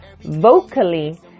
vocally